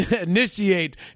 initiate